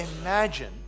imagine